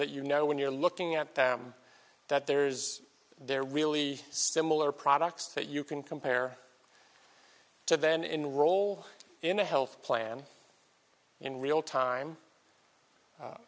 that you know when you're looking at them that there is there really similar products that you can compare to then enroll in a health plan in real time